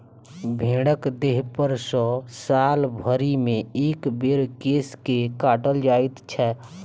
भेंड़क देहपर सॅ साल भरिमे एक बेर केश के काटल जाइत छै